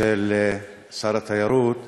של שר התיירות,